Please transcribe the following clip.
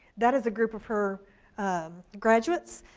that is a group of her um graduates.